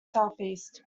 southwest